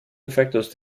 efectos